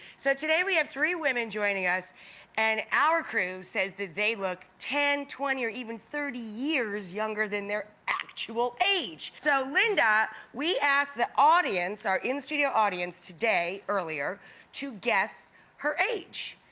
so today we have three women joining us and our crew says that they look ten, twenty, or even thirty years younger than their actual age. so linda, we asked the audience, our in studio audience today earlier to guess her age.